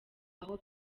aho